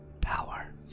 Power